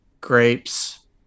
grapes